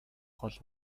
гол